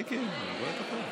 מיקי, אני רואה את הכול.